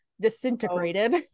disintegrated